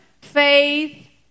faith